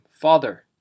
Father